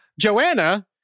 Joanna